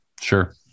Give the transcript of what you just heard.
Sure